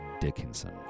Dickinson